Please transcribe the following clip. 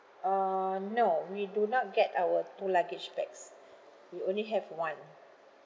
uh no we do not get our two luggage bags we only have one